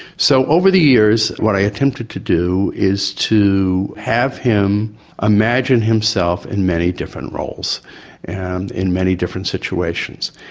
so over the years what i attempted to do is to have him imagine himself in many different roles and in many different situations.